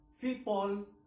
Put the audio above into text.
people